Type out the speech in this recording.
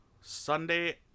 Sunday